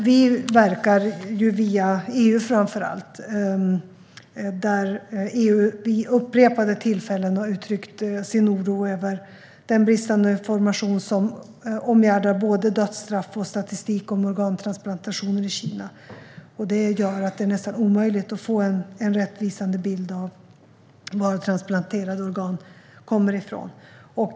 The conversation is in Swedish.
Vi verkar framför allt via EU. EU har vid upprepade tillfällen uttryckt sin oro över den bristande information som omgärdar både dödsstraff och statistik om organtransplantationer i Kina. Detta gör att det är nästan omöjligt att få en rättvisande bild av var transplanterade organ kommer ifrån.